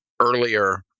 earlier